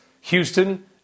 Houston